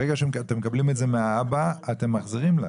ברגע שאתם מקבלים את זה מהאבא אתם מחזירים לה?